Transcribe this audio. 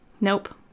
Nope